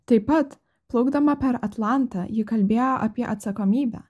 taip pat plaukdama per atlantą ji kalbėjo apie atsakomybę